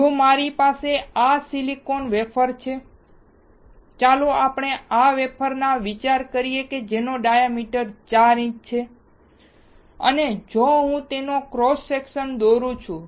જો મારી પાસે આ સિલિકોન વેફર છે ચાલો આપણે આ વેફરનો વિચાર કરીએ જેનો ડાયામીટર 4 ઇંચ છે અને હું તેનો ક્રોસ સેક્શન દોરું છું